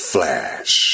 Flash